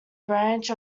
branch